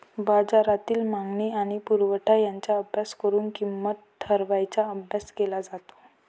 बाजारातील मागणी आणि पुरवठा यांचा अभ्यास करून किंमत ठरवण्याचा अभ्यास केला जातो